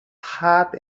hot